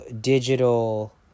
digital